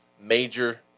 major